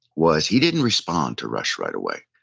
was he didn't respond to rush right away.